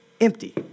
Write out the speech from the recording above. empty